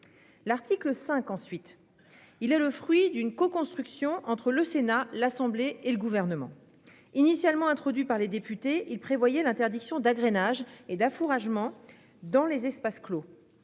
L'article 5 ensuite. Il est le fruit d'une coconstruction entre le Sénat, l'Assemblée et le gouvernement initialement introduit par les députés. Il prévoyait l'interdiction d'agrainage et d'affouragement dans les espaces clos.